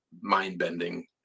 mind-bending